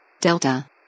Delta